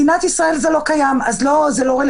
במדינת ישראל זה לא קיים אז זה לא רלוונטי.